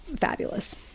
fabulous